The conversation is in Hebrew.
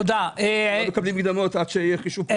כולם מקבלים מקדמות עד שיהיה חישוב.